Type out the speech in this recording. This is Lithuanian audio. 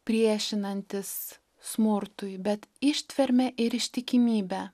priešinantis smurtui bet ištverme ir ištikimybe